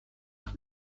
have